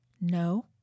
No